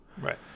right